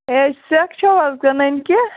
A سٮ۪کھ چھَو حظ کٕنٕنۍ کیٚنٛہہ